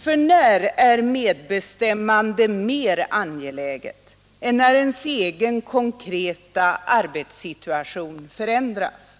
För när är medbestämmande mer angeläget än när ens egen konkreta arbetssituation förändras?